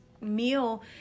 meal